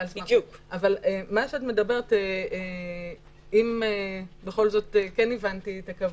מה שאת מדברת, אם בכל זאת הבנתי את הכוונה,